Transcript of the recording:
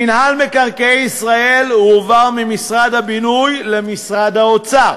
מינהל מקרקעי ישראל הועבר ממשרד הבינוי למשרד האוצר,